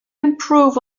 improve